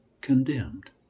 condemned